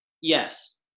Yes